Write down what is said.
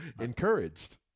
Encouraged